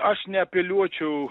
aš ne apeliuočiau